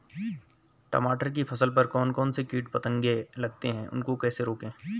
टमाटर की फसल पर कौन कौन से कीट पतंग लगते हैं उनको कैसे रोकें?